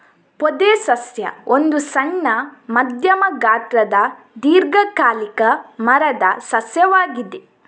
ಪೊದೆ ಸಸ್ಯ ಒಂದು ಸಣ್ಣ, ಮಧ್ಯಮ ಗಾತ್ರದ ದೀರ್ಘಕಾಲಿಕ ಮರದ ಸಸ್ಯವಾಗಿದೆ